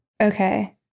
Okay